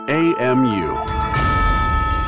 AMU